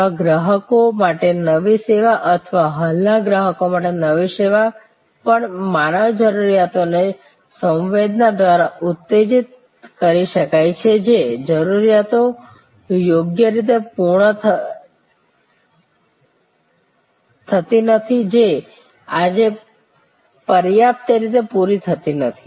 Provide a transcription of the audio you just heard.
નવા ગ્રાહકો માટે નવી સેવા અથવા હાલના ગ્રાહક માટે નવી સેવા પણ માનવ જરૂરિયાતોને સંવેદના દ્વારા ઉત્તેજિત કરી શકાય છે જે જરૂરિયાતો યોગ્ય રીતે પૂર્ણ થઈ નથી જે આજે પર્યાપ્ત રીતે પૂરી થતી નથી